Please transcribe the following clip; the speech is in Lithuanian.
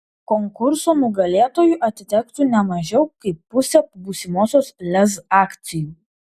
konkurso nugalėtojui atitektų ne mažiau kaip pusė būsimosios lez akcijų